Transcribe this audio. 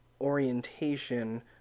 orientation